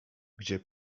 gdzie